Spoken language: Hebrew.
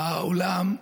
באולם,